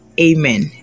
amen